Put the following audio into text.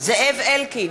זאב אלקין,